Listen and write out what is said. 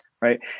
right